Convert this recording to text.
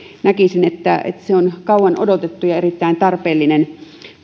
näkisin että se on kauan odotettu ja erittäin tarpeellinen